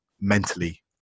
mentally